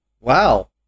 Wow